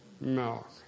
milk